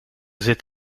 zit